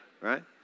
right